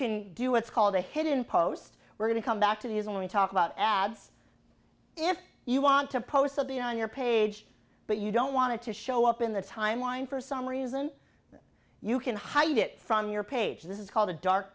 can do what's called a hidden post we're going to come back to the is only talk about ads if you want to post something on your page but you don't want to show up in the timeline for some reason you can hide it from your page this is called a dark